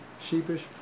sheepish